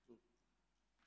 טוּר.